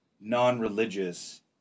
non-religious